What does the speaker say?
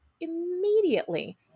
immediately